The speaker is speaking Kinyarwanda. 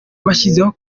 bashyizeho